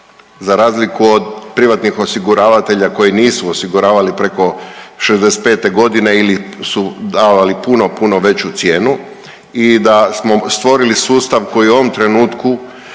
za razliku od privatnih osiguravatelja koji nisu osiguravali preko 65.g. ili su davali puno puno veću i da smo stvorili sustav koji u ovom trenutku